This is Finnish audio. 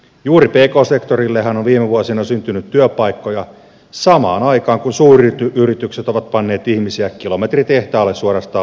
juuri pk sektorillehan on viime vuosina syntynyt työpaikkoja samaan aikaan kun suuryritykset ovat panneet ihmisiä kilometritehtaalle suorastaan liukuhihnalta